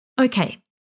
Okay